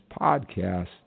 podcast